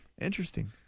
Interesting